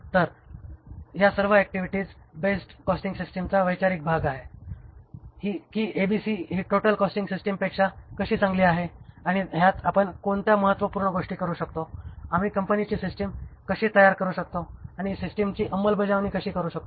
तर हहा सर्व ऍक्टिव्हिटी बेस्ड कॉस्टिंग सिस्टिमचा वैचारिक भाग आहे की ABC हि टोटल कॉस्टिंग सिस्टिम पेक्षा कशी चांगली आहे आणि ह्यात आपण कोणत्या महत्त्वपूर्ण गोष्टी करू शकतो आम्ही कंपनीची सिस्टिम कशी तयार करू शकतो आणि सिस्टमची अंमलबजावणी कशी करू शकतो